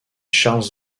charles